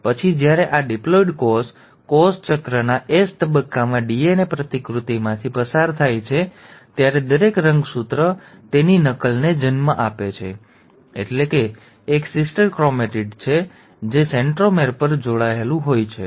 અને પછી જ્યારે આ ડિપ્લોઇડ કોષ કોષ ચક્રના S તબક્કામાં ડીએનએ પ્રતિકૃતિમાંથી પસાર થાય છે ત્યારે દરેક રંગસૂત્ર તેની નકલને જન્મ આપે છે એટલે કે એક સિસ્ટર ક્રોમેટિડ છે તે સેન્ટ્રોમેર પર જોડાયેલું હોય છે